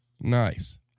Nice